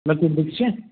لۅکچہِ دیٖگچہٕ